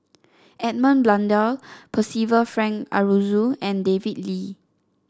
Edmund Blundell Percival Frank Aroozoo and David Lee